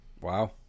Wow